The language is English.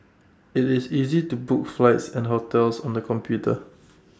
IT is easy to book flights and hotels on the computer